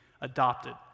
adopted